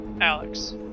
Alex